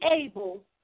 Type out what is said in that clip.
able